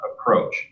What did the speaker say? approach